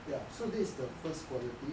ya so this the first quality